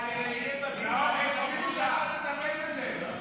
הצעת ועדת הכנסת להעביר את הצעת חוק שיפוט בתי דין דתיים (בוררות),